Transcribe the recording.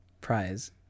prize